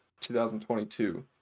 2022